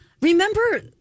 remember